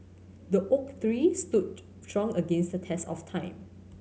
the oak tree stood strong against the test of time